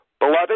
Beloved